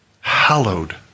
hallowed